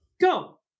Go